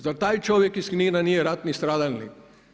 Zar taj čovjek iz Knina nije ratni stradalnik?